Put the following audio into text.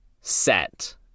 set